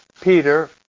Peter